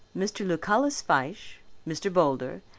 mr. lucullus fyshe, mr. boulder,